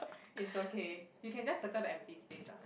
is okay you can just circle the empty space ah